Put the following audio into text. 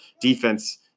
defense